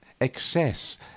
excess